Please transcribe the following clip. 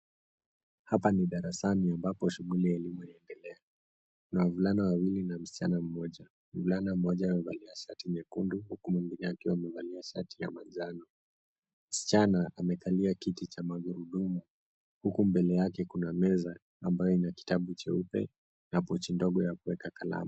Hapa ni darasani ambapo shughuli ya elimu inaendelea. Kuna wavulana wawili na msichana mmoja .Mvulana mmoja amevalia shati nyekundu huku mwingine akiwa amevalia shati ya manjano. Msichana amekalia kiti cha magurudumu huku mbele yake kuna meza ambayo ina kitabu cheupe na pochi ndogo ya kuweka kalamu.